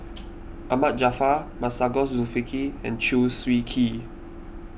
Ahmad Jaafar Masagos Zulkifli and Chew Swee Kee